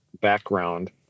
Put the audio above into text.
background